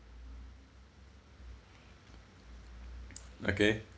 okay